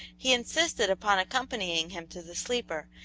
he insisted upon accompanying him to the sleeper,